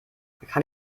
kann